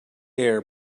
air